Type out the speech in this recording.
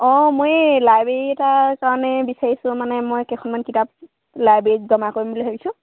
অঁ মই লাইব্ৰেৰী এটাৰ কাৰণে বিচাৰিছোঁ মানে মই কেইখনমান কিতাপ লাইব্ৰেৰীত জমা কৰিম বুলি ভাবিছোঁ